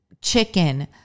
chicken